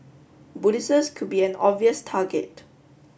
Buddhists could be an obvious target